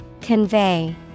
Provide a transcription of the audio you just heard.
Convey